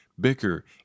bicker